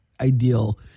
ideal